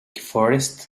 forest